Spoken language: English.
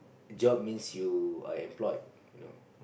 job means you are employed you know